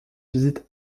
visite